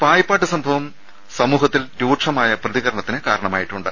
പായിപ്പാട്ട് സംഭവം സമൂഹത്തിൽ രൂക്ഷമായ പ്രതികരണത്തിന് കാരണമായിട്ടുണ്ട്